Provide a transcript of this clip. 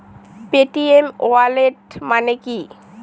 Paytm wallet মানে কি?